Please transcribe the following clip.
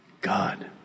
God